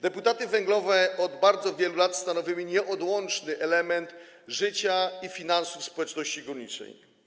Deputaty węglowe od bardzo wielu lat stanowiły nieodłączny element życia i finansów społeczności górniczej.